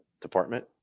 department